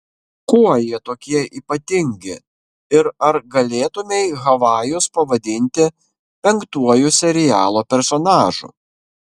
kuo jie tokie ypatingi ir ar galėtumei havajus pavadinti penktuoju serialo personažu